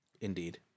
Indeed